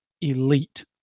elite